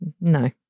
no